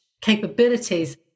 capabilities